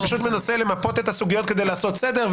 אני פשוט מנסה למפות את הסוגיות כדי לעשות סדר,